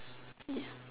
ya